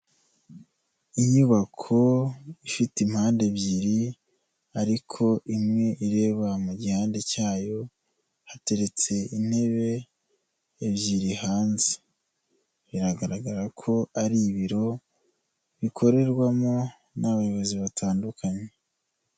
Inyubako ifite impande ebyiri ariko imwe ireba mu gihandade cyayo, hateretse intebe ebyiri hanze biragaragara ko ari ibiro bikorerwamo n'abayobozi batandukanye.